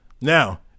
Now